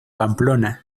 pamplona